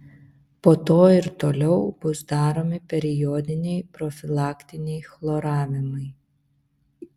po to ir toliau bus daromi periodiniai profilaktiniai chloravimai